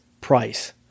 price